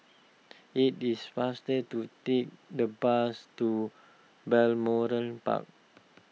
it is faster to take the bus to Balmoral Park